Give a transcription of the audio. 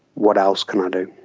what else can i do?